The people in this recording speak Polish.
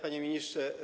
Panie Ministrze!